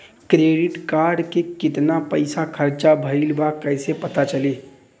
Credit card के कितना पइसा खर्चा भईल बा कैसे पता चली?